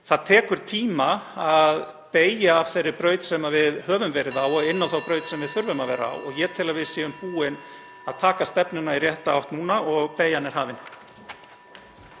Það tekur tíma að beygja af þeirri braut sem við höfum verið á (Forseti hringir.) og inn á þá braut sem við þurfum að vera á. Ég tel að við séum búin að taka stefnuna í rétta átt núna og beygjan er hafin.